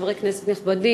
חברי כנסת נכבדים,